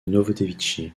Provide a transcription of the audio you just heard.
novodevitchi